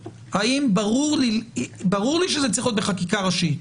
ברור לי שזה צריך להיות בחקיקה ראשית,